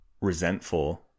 resentful